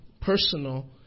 personal